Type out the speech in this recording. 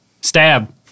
Stab